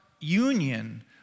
union